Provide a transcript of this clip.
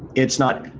it's not,